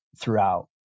throughout